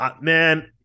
Man